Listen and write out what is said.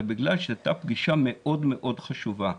אלא בגלל שזו הייתה פגישה מאוד מאוד חשובה.